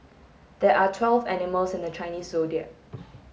there are twelve animals in the Chinese Zodiac